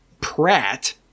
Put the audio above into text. Pratt